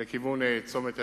לכיוון צומת הנגב,